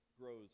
grows